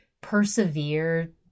persevere